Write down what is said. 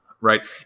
right